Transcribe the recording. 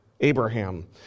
Abraham